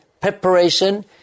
preparation